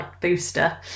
booster